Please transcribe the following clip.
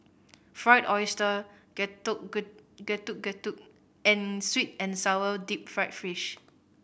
Fried Oyster getuk Getuk Getuk and sweet and sour deep fried fish